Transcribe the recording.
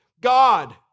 God